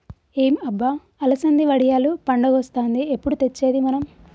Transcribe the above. ఏం అబ్బ అలసంది వడియాలు పండగొస్తాంది ఎప్పుడు తెచ్చేది మనం